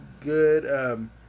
good